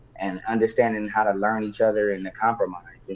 and understanding how to learn each other and to compromise.